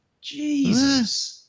Jesus